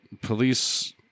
police